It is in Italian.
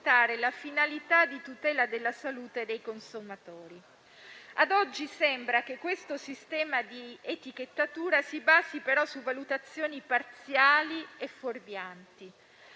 la finalità di tutela della salute dei consumatori. Ad oggi sembra che questo sistema di etichettatura si basi, però, su valutazioni parziali e fuorvianti,